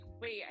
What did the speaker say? wait